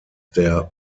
der